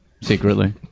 secretly